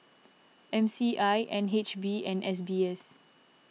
M C I N H B and S B S